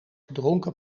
dronken